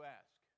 ask